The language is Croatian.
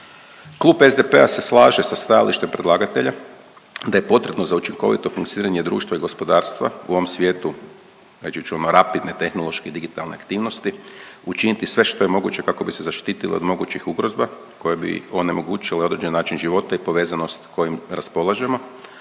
Klub SDP-a se slaže sa stajalištem predlagatelja da je potrebno za učinkovito funkcioniranje društva i gospodarstva u ovom svijetu, reći ćemo rapidne tehnološke digitalne aktivnosti, učiniti sve što je moguće kako bi se zaštitili od mogućih ugrozba koje bi onemogućile određeni način života i povezanost kojim raspolažemo,